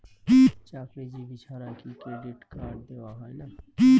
চাকুরীজীবি ছাড়া কি ক্রেডিট কার্ড দেওয়া হয় না?